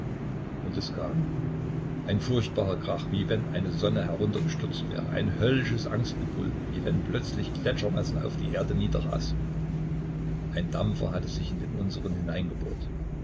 und es kam ein furchtbarer krach wie wenn eine sonne heruntergestürzt wäre ein höllisches angstgebrüll wie wenn plötzlich gletschermassen auf die erde niederrasten ein dampfer hatte sich in den unsern hineingebohrt